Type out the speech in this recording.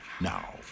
now